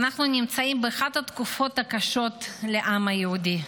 אנחנו נמצאים באחת התקופות הקשות לעם היהודי.